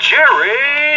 Jerry